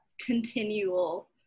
continual